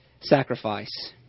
sacrifice